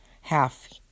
half